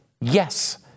yes